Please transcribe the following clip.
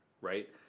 right